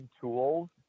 tools